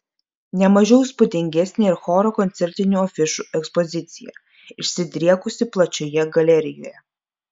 ne mažiau įspūdingesnė ir choro koncertinių afišų ekspozicija išsidriekusi plačioje galerijoje